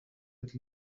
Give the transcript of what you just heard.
het